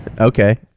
Okay